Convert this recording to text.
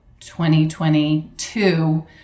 2022